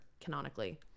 canonically